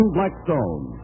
Blackstone